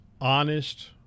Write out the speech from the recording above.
honest